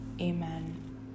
Amen